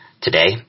Today